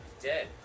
dead